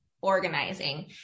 organizing